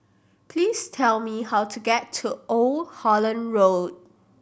please tell me how to get to Old Holland Road